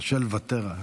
קשה לוותר.